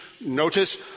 notice